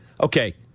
Okay